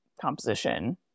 composition